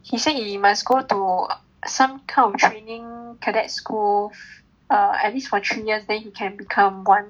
he say he must go to some training cadet school err at least for three years then he can become one